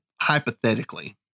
hypothetically